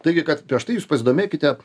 taigi kad prieš tai jūs pasidomėkite